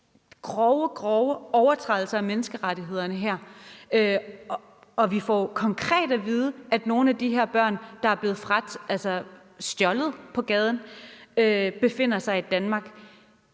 grove, grove overtrædelser af menneskerettighederne, og vi får jo konkret at vide, at nogle af de her børn, der er blevet stjålet på gaden, befinder sig i Danmark.